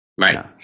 Right